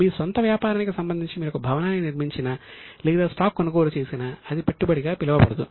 మీ స్వంత వ్యాపారానికి సంబంధించి మీరు ఒక భవనాన్ని నిర్మించినా లేదా స్టాక్ కొనుగోలు చేసినా అది పెట్టుబడిగా పిలువబడదు